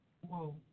Whoa